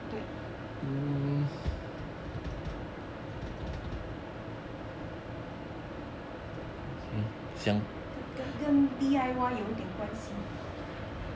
对跟跟 D_I_Y 有一点关系